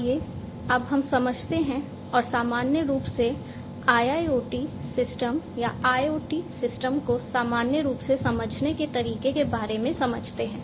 आइए अब हम समझते हैं और सामान्य रूप से IIoT सिस्टम या IoT सिस्टम को सामान्य रूप से समझने के तरीके के बारे में समझते हैं